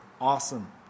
awesome